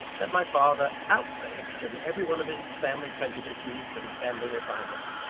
that my father, outraged in every one of his family prejudices and family refinements,